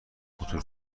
خطور